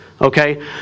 okay